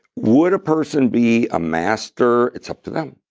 would a person be a master? it's up to them,